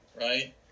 Right